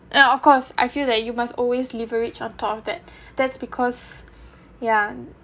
ya of course I feel that you must always leverage on top of that that's because ya